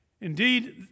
Indeed